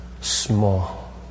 small